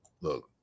look